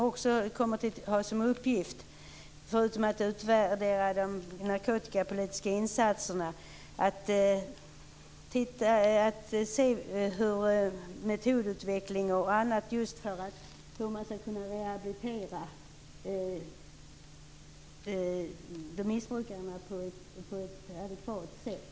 Denna kommer att ha som uppgift, förutom att utvärdera de narkotikapolitiska insatserna, just att se över metodutveckling m.m. för att man skall kunna rehabilitera missbrukarna på ett adekvat sätt.